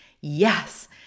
yes